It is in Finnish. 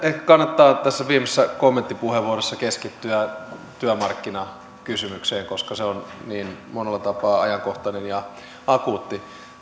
kannattaa tässä viimeisessä kommenttipuheenvuorossa keskittyä työmarkkinakysymykseen koska se on niin monella tapaa ajankohtainen ja akuutti